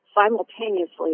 simultaneously